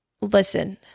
listen